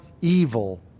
evil